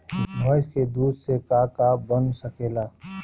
भइस के दूध से का का बन सकेला?